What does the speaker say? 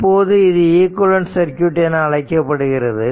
இப்போது இது equivalent circuit என அழைக்கப்படுகிறது